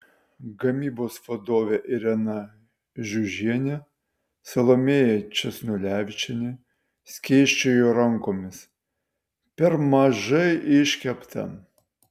gamybos vadovės irena žiužnienė salomėja česnulevičienė skėsčiojo rankomis per mažai iškepta